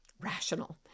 rational